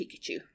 Pikachu